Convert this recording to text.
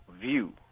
view